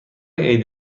عید